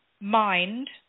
mind